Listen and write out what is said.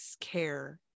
care